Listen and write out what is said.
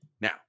Now